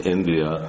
India